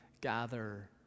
gather